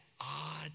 odd